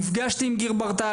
נפגשתי עם גיר ברטל,